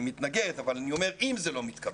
אני מתנגד, אבל אני אומר אם זה לא מתקבל